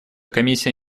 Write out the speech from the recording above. комиссия